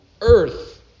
earth